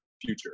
future